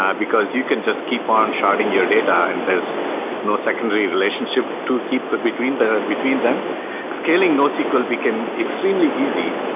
yeah because you can just keep on on sharding your data and there's no secondary relationship to keep between them between them scaling nosql became extremely easy,